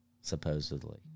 supposedly